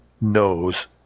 knows